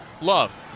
Love